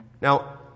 Now